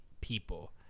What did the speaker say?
people